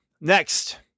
Next